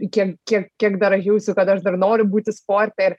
kiek kiek kiek dar aš jausiu kad aš dar noriu būti sporte ir